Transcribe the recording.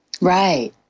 Right